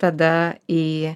tada į